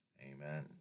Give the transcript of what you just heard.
Amen